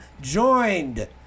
joined